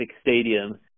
stadium